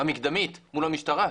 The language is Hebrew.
מול המשטרה.